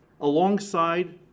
alongside